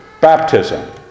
baptism